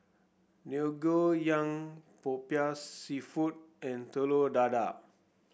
Ngoh Hiang popiah seafood and Telur Dadah